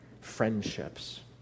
friendships